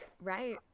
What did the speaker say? right